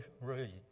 read